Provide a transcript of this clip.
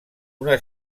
una